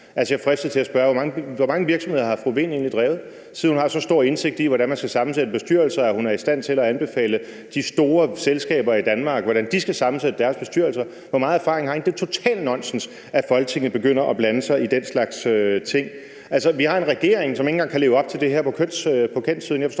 Jeg fristes til at spørge: Hvor mange virksomheder har fru Birgitte Vind egentlig drevet, siden hun har så stor indsigt i, hvordan man skal sammensætte bestyrelser, at hun er i stand til at anbefale de store selskaber i Danmark, hvordan de skal sammensætte deres bestyrelser? Det er total nonsens, at Folketinget begynder at blande sig i den slags ting. Vi har en regering, som ikke engang kan leve op til det her på kønssiden.